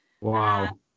wow